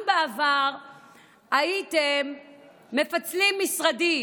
אם בעבר הייתם מפצלים משרדים,